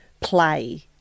play